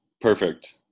Perfect